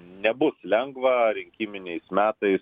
nebus lengva rinkiminiais metais